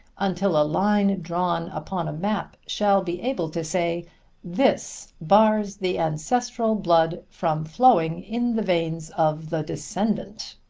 until a line drawn upon a map shall be able to say this bars the ancestral blood from flowing in the veins of the descendant!